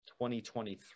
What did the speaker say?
2023